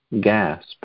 gasp